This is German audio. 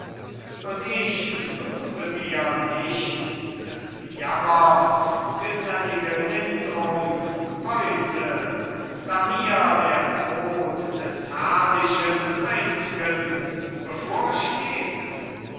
und ich suchte mir nicht des jammers gesellige lindrung heute da mir der tod des herrlichen einz'gen bevorsteht